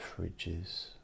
fridges